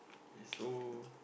so